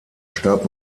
starb